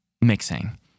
mixing